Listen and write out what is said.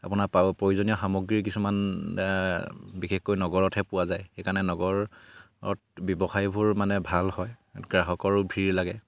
আপোনাৰ পা প্ৰয়োজনীয় সামগ্ৰী কিছুমান বিশেষকৈ নগৰতহে পোৱা যায় সেইকাৰণে নগৰত ব্যৱসায়বোৰ মানে ভাল হয় গ্ৰাহকৰো ভিৰ লাগে